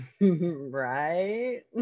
Right